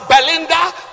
Belinda